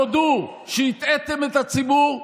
תודו שהטעיתם את הציבור,